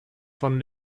von